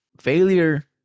failure